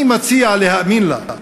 אני מציע להאמין לה.